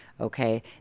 okay